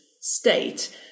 state